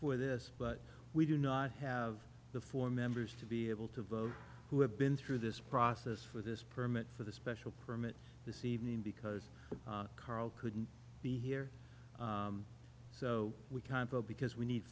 for this but we do not have the four members to be able to vote who have been through this process for this permit for the special permit this evening because karl couldn't be here so we can't vote because we need